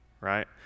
right